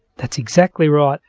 that's exactly right.